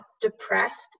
depressed